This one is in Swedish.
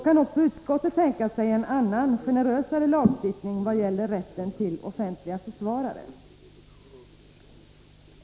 Kan också utskottet då tänka sig en annan, generösare lagstiftning vad gäller rätten till offentlig försvarare?